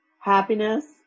Happiness